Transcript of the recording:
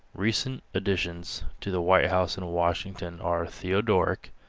recent additions to the white house in washington are theo-doric,